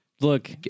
Look